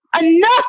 enough